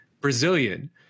Brazilian